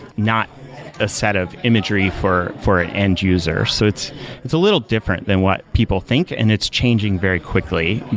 not a set of imagery for for an end-user. so it's it's a little different than what people think and it's changing very quickly.